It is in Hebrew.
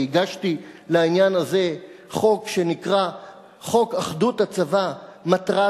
והגשתי לעניין הזה חוק שנקרא "חוק אחדות הצבא": מטרת